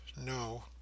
No